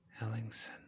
Ellingson